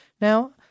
Now